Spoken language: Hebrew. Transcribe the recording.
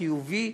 חיובי,